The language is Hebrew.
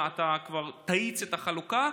מה, אתה כבר תאיץ את החלוקה?